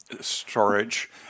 storage